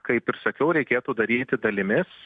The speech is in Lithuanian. kaip ir sakiau reikėtų daryti dalimis